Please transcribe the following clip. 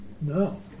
no